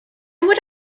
would